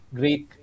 great